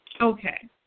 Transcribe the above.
Okay